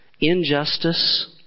injustice